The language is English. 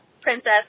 Princess